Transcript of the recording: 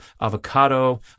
avocado